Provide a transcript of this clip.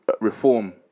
reform